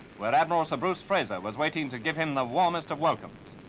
where admiral sir bruce fraser was waiting to give him the warmest of welcomes.